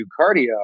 cardio